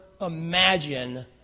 imagine